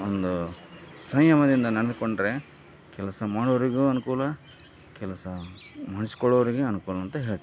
ಒಂದು ಸಂಯಮದಿಂದ ನಡೆದುಕೊಂಡರೆ ಕೆಲಸ ಮಾಡೋರಿಗೂ ಅನುಕೂಲ ಕೆಲಸ ಮಾಡಿಸಿಕೊಳ್ಳೋರಿಗೆ ಅನುಕೂಲ ಅಂತ ಹೇಳ್ತೀನಿ